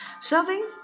serving